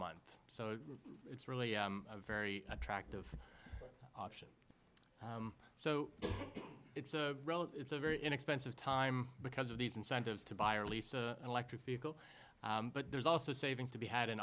month so it's really a very attractive option so it's a it's a very inexpensive time because of these incentives to buy or lease a electric vehicle but there's also savings to be had